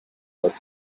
less